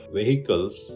vehicles